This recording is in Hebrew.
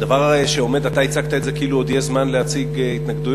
אתה הצגת את זה כאילו עוד יש זמן להציג התנגדויות,